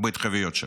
בהתחייבויות שלה.